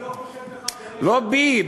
אני לא חושד בך, לא בי.